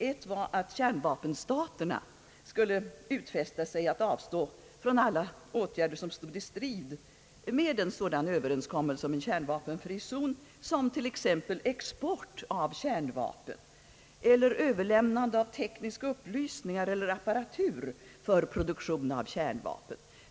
Ett var att kärnvapenstaterna skulle utfästa sig att avstå från alla åtgärder som stod i strid med en överenskommelse om en kärnvapenfri zon, t. ex export av kärnvapen eller överlämnande av tekniska upplysningar eller apparatur för produktion av kärnvapen.